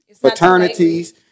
Fraternities